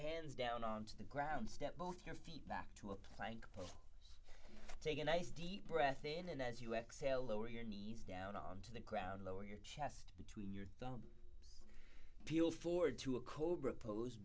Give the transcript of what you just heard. hands down onto the ground step both your feet back to a plank point take a nice deep breath in and as you exhale lower your knees down on to the crown lower your chest between your thumb peel forward to a cobra pose